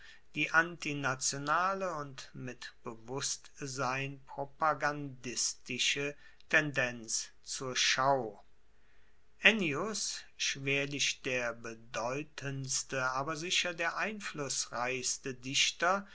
die antinationale und mit bewusstsein propagandistische tendenz zur schau ennius schwerlich der bedeutendste aber sicher der einflussreichste dichter